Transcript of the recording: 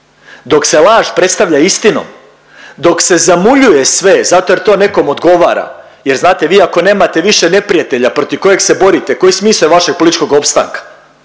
dok se laž predstavlja istinom, dok se zamuljuje sve zato jer to nekom odgovara jer znate vi ako nemate više neprijatelja protiv kojeg se borite koji smisao je vašeg političkog opstanka.